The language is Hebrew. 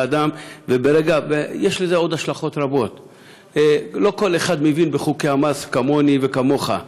יש לזה עוד השלכות רבות: לא כל אחד מבין בחוקי המס כמוני וכמוך,